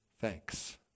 thanks